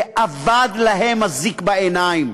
ואבד להם הזיק בעיניים.